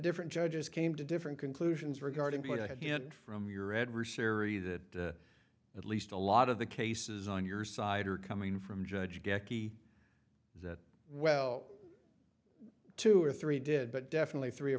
different judges came to different conclusions regarding going to hint from your adversary that at least a lot of the cases on your side are coming from judge jackie that well two or three did but definitely